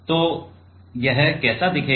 तो यह कैसा दिखेगा